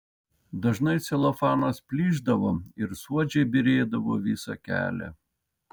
dažnai celofanas plyšdavo ir suodžiai byrėdavo visą kelią